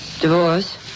Divorce